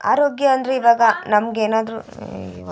ಆರೋಗ್ಯ ಅಂದರೆ ಇವಾಗ ನಮ್ಗೆ ಏನಾದರೂ